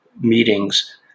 meetings